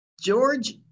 George